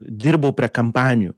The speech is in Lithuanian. dirbau prie kampanijų